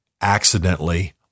accidentally